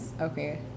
okay